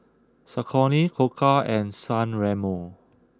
Saucony Koka and San Remo